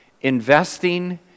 investing